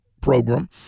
program